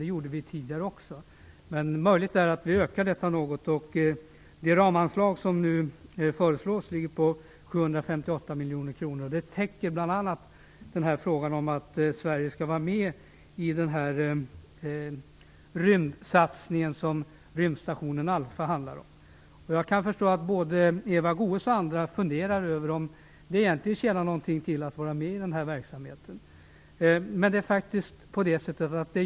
Det gjorde vi nämligen också dessförinnan, men det är möjligt att vi ökar den här verksamheten något. Det ramanslag som nu föreslås är 758 miljoner kronor. Det täcker bl.a. frågan om att Sverige skall vara med i den rymdsatsning som rymdstationen Alpha handlar om. Jag kan förstå att både Eva Goës och andra funderar över om det egentligen tjänar något till att vara med i den här verksamheten, men det gör det faktiskt.